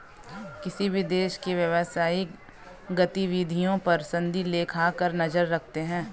किसी भी देश की व्यवसायिक गतिविधियों पर सनदी लेखाकार नजर रखते हैं